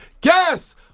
guess